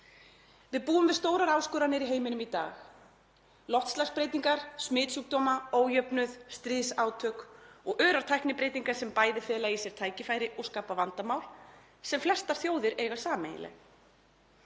Við búum við stórar áskoranir í heiminum í dag; loftslagsbreytingar, smitsjúkdóma, ójöfnuð, stríðsátök og örar tæknibreytingar sem bæði fela í sér tækifæri og skapa vandamál sem flestar þjóðir eiga sameiginleg.